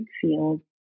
field